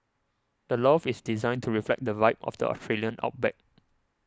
the loft is designed to reflect the vibe of the Australian outback